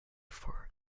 for